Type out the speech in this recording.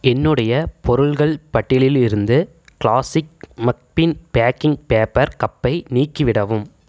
என்னுடைய பொருள்கள் பட்டியலிலிருந்து க்ளாஸிக் மக்பின் பேக்கிங் பேப்பர் கப்பை நீக்கிவிடவும்